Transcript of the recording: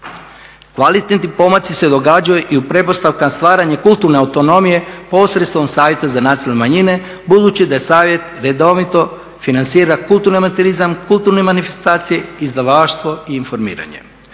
Kvalitetni pomaci se događaju i u pretpostavkama stvaranja kulturne autonomije posredstvom Savjeta za nacionalne manjine budući da Savjet redovito financira kulturni …/Govornik se ne razumije./… kulturne manifestacije, izdavaštvo i informiranje.